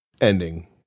ending